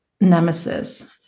nemesis